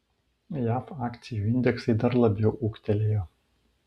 jav akcijų indeksai dar labiau ūgtelėjo